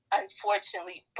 unfortunately